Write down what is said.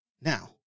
Now